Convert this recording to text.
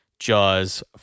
Jaws